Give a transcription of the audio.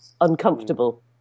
uncomfortable